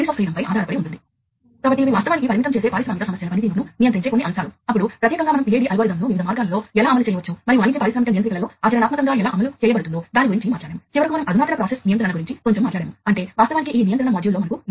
system భాగాల యొక్క సులభమైన కాన్ఫిగరేషన్ మరియు ఇంటెరోపెరబిలిటీ వాస్తవానికి చాలా ముఖ్యం